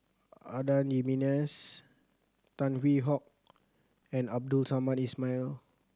Adan Jimenez Tan Hwee Hock and Abdul Samad Ismail